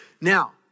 Now